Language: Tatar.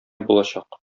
булачак